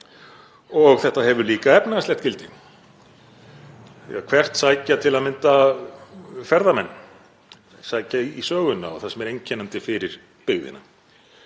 og þetta hefur líka efnahagslegt gildi. Hvert sækja til að mynda ferðamenn? Þeir sækja í söguna og það sem er einkennandi fyrir byggðina.